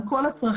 על כל הצרכים.